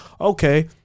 Okay